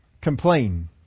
complain